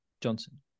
Johnson